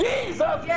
Jesus